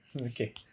Okay